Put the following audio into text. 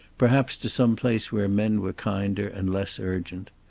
perhaps to some place where men were kinder and less urgent.